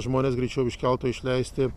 žmones greičiau iš kelto išleisti